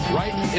right